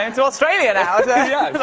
and to australia now. yeah.